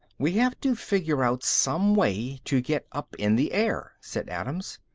we have to figure out some way to get up in the air, said adams.